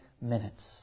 minutes